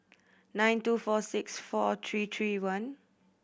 nine two four six four three three one